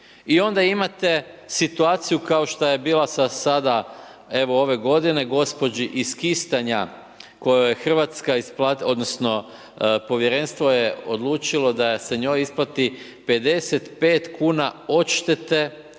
I onda imate situaciju kao što je bila sada evo ove godine, gospođi iz Kistanja kojoj je Hrvatska isplatila odnosno povjerenstvo je odlučilo da se njoj isplati 55 kuna odštete,